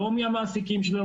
לא מהמעסיקים,